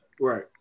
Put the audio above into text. Right